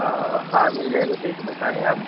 آ ہاں مِل جائیں گے فش بتائیں آپ